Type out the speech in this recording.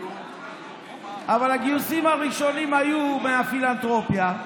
אבל הגיוסים הראשונים היו מהפילנתרופיה,